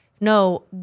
No